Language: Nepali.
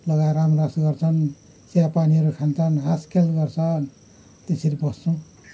लगाएर रामरस गर्छन् चियापानीहरू खान्छन् हाँसखेल गर्छन् त्यसरी बस्छौँ